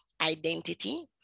identity